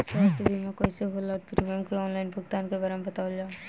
स्वास्थ्य बीमा कइसे होला और प्रीमियम के आनलाइन भुगतान के बारे में बतावल जाव?